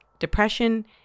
depression